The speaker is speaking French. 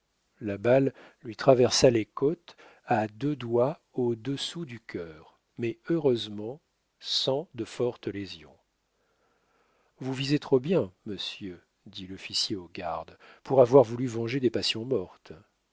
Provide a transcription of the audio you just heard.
la balle lui traversa les côtes à deux doigts au-dessous du cœur mais heureusement sans de fortes lésions vous visez trop bien monsieur dit l'officier aux gardes pour avoir voulu venger des passions mortes